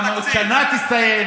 גם המושב הבא יסתיים,